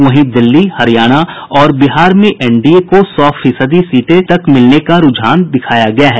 वहीं दिल्ली हरियाणा और बिहार में एनडीए को सौ फीसदी सीटें तक मिलने का रूझान बताया गया है